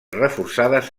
reforçades